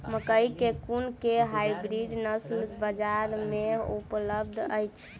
मकई केँ कुन केँ हाइब्रिड नस्ल बजार मे उपलब्ध अछि?